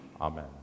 Amen